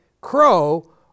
crow